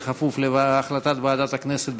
בכפוף להחלטת ועדת הכנסת,